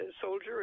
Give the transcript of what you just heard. soldier